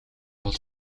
бол